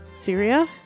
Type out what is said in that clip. Syria